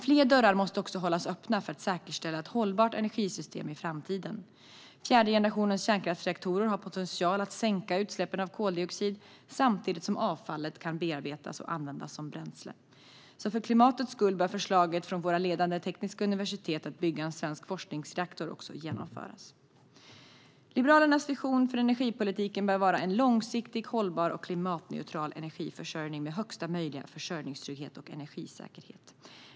Fler dörrar måste också hållas öppna för att säkerställa ett hållbart energisystem i framtiden. Fjärde generationens kärnkraftsreaktorer har potential att sänka utsläppen av koldioxid samtidigt som avfallet kan bearbetas och användas som bränsle. För klimatets skull bör förslaget från våra ledande tekniska universitet att bygga en svensk forskningsreaktor genomföras. Liberalernas vision för energipolitiken bör vara en långsiktigt hållbar och klimatneutral energiförsörjning med högsta möjliga försörjningstrygghet och energisäkerhet.